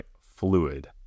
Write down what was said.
fluid